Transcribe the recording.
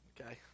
okay